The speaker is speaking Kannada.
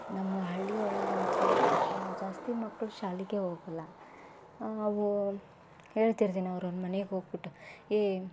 ನಮ್ಮ ಹಳ್ಳಿ ಒಳಗಂತು ಜಾಸ್ತಿ ಮಕ್ಕಳು ಶಾಲೆಗೆ ಹೋಗಲ್ಲ ಅವು ಹೇಳ್ತಿರ್ತೀನಿ ಅವ್ರವ್ರ ಮನೆಗೆ ಹೋಗ್ಬಿಟ್ಟು ಏ